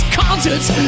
concerts